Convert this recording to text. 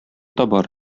табар